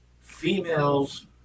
Females